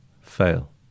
fail